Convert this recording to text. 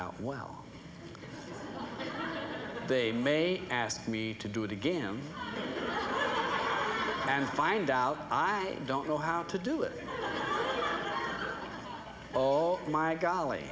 out well they may ask me to do it again and find out i don't know how to do it all my golly